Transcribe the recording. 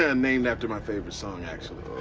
and named after my favorite song, actually.